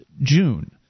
June